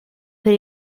per